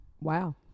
Wow